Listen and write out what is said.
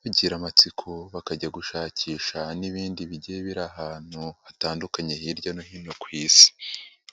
bagira amatsiko bakajya gushakisha n'ibindi bigiye biri ahantu hatandukanye hirya no hino ku isi.